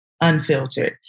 unfiltered